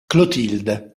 clotilde